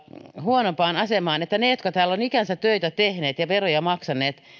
huonompaan asemaan ne jotka ovat täällä ikänsä töitä tehneet ja veroja maksaneet